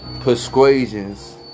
persuasions